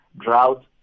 drought